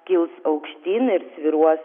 kils aukštyn ir svyruos